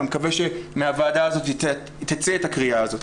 ואני מקווה שמהוועדה הזו תצא הקריאה הזו.